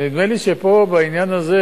נדמה לי שבעניין הזה